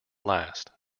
last